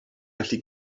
gallu